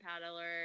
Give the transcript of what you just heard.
paddler